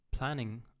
planning